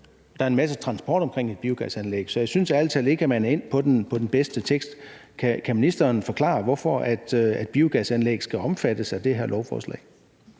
der er en masse transport omkring et biogasanlæg. Så jeg synes ærlig talt ikke, at man er endt med den bedste tekst. Kan ministeren forklare, hvorfor biogasanlæg skal omfattes af det her lovforslag?